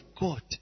God